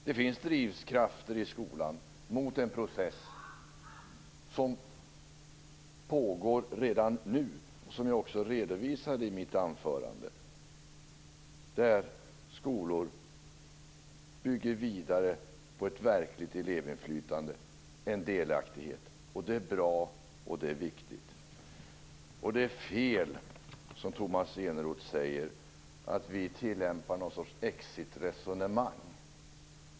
Det finns drivkrafter i skolan mot en process som pågår redan nu, och som jag också redovisade i mitt anförande, där skolor bygger vidare på ett verkligt elevinflytande och delaktighet. Det är bra, och det är viktigt. Det är fel, som Tomas Eneroth säger, att vi tillämpar något slags exitresonemang.